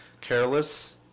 careless